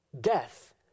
Death